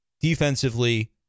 Defensively